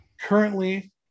Currently